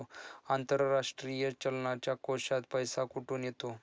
आंतरराष्ट्रीय चलनाच्या कोशात पैसा कुठून येतो?